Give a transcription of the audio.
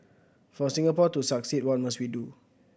for Singapore to succeed what must we do